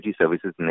services